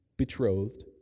betrothed